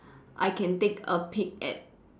I can take a peek at